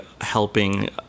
helping